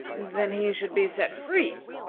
then he should be set free,